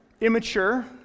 immature